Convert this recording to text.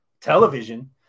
Television